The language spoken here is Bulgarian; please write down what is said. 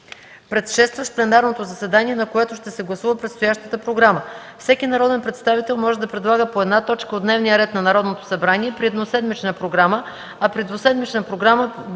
предшестващ пленарното заседание, на което ще се гласува предстоящата програма. Всеки народен представител може да предлага по една точка от дневния ред на Народното събрание при едноседмична програма, а при двуседмична програма